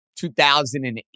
2008